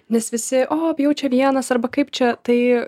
nes visi o bijau čia vienas arba kaip čia tai